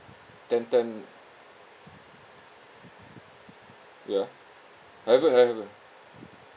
ten ten ya haven't haven't